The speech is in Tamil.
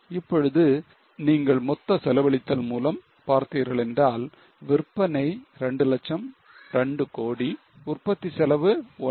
இப்பொழுது நீங்கள் மொத்த செலவழித்தல் மூலம் பார்த்தீர்களென்றால் விற்பனை 2 லட்சம் 2 கோடி உற்பத்தி செலவு 1